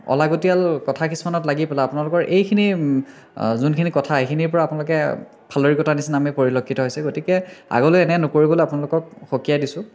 অলাগতীয়াল কথা কিছুমানত লাগি পেলাই আপোনালোকৰ এইখিনি যোনখিনি কথা এইখিনিৰ পৰা আপোনালোকে ফালৰি কটাৰ নিচিনা আমি পৰিলক্ষিত হৈছে গতিকে আগলৈ এনে নকৰিবলৈ আপোনালোকক সকীয়াই দিছোঁ